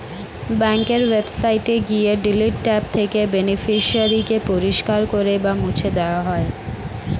ব্যাঙ্কের ওয়েবসাইটে গিয়ে ডিলিট ট্যাব থেকে বেনিফিশিয়ারি কে পরিষ্কার করে বা মুছে দেওয়া যায়